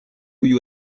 you